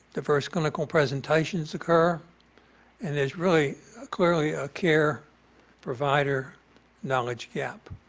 the first clinical presentations occur and there's really clearly a care provider knowledge gap.